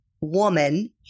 woman